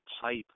pipe